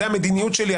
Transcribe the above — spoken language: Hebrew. זאת המדיניות שלי,